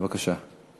בבקשה.